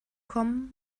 kommen